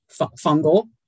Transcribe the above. fungal